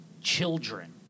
children